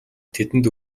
тэдэнд